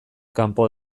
kanpo